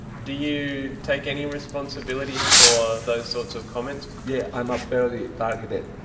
do you take any responsibility for those sorts of comments? yeah, i'm unfairly targeted.